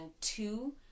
two